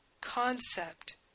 concept